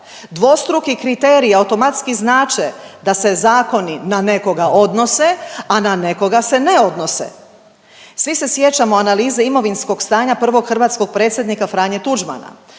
dvostruki kriteriji automatski znače da se zakoni na nekoga odnose, a na nekoga se ne odnose. Svi se sjećamo analize imovinskog stanja prvog hrvatskog predsjednika Franje Tuđmana